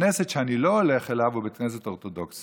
בית הכנסת שאני לא הולך אליו הוא בית כנסת רפורמי.